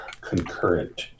concurrent